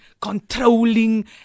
controlling